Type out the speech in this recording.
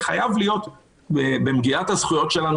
חייבת להיות במגילת הזכויות שלנו,